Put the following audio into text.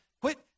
Quit